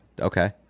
okay